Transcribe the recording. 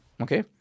Okay